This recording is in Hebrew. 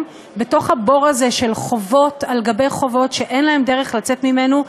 בתוך הבור הזה של חובות על גבי חובות שאין להם דרך לצאת ממנו,